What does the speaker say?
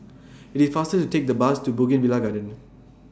IT IS faster to Take The Bus to Bougainvillea Garden